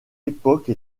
époque